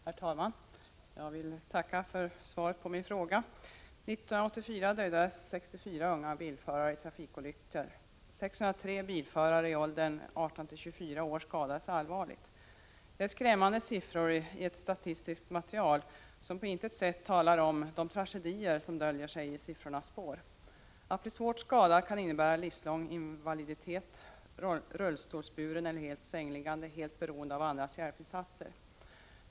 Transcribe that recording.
Herr talman! Jag vill tacka för svaret på min fråga. År 1984 dödades 64 unga bilförare i trafikolyckor. 603 bilförare i åldern 18-24 år skadades allvarligt. Det är skrämmande siffror i ett statistiskt material, som på intet sätt talar om de tragedier som döljer sig i siffrornas spår. Att bli svårt skadad kan innebära livslång invaliditet, att man blir rullstolsburen eller helt sängliggande, helt beroende av andras hjälpinsatser.